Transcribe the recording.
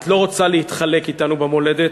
את לא רוצה להתחלק אתנו במולדת,